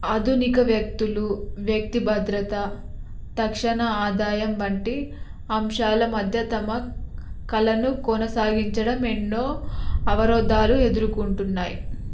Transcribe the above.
ఆధునిక వ్యక్తులు వ్యక్తి భద్రత తక్షణ ఆదాయం వంటి అంశాల మధ్య తమ కళను కొనసాగించడం ఎన్నో అవరోధాలు ఎదుర్కుంటున్నాయి